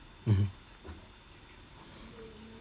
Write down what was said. mmhmm